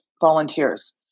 volunteers